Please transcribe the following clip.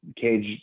Cage